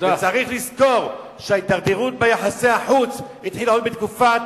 צריך לזכור שההידרדרות ביחסי החוץ התחילה עוד בתקופת